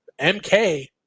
MK